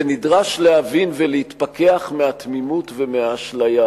ונדרש להבין ולהתפכח מהתמימות ומהאשליה